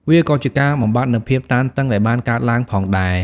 វាក៏ជាការបំបាត់នូវភាពតានតឹងដែលបានកើតឡើងផងដែរ។